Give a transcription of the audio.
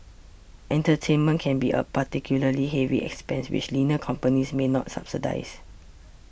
entertainment can be a particularly heavy expense which leaner companies may not subsidise